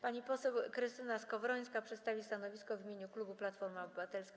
Pani poseł Krystyna Skowrońska przedstawi stanowisko w imieniu klubu Platforma Obywatelska.